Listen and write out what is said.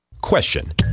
Question